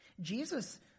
Jesus